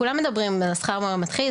כולם מדברים על שכר מורה מתחיל,